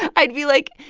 i'd be, like,